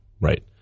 right